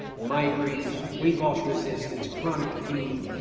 migraines, weight loss resistance, chronic pain.